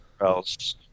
else